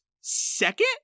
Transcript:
second